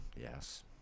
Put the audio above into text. Yes